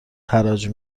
حراج